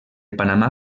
panamà